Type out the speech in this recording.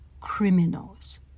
criminals